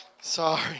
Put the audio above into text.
sorry